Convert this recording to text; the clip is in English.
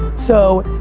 so